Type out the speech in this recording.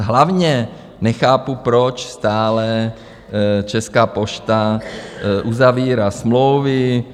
Hlavně nechápu, proč stále Česká pošta uzavírá smlouvy.